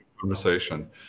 conversation